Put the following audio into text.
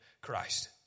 Christ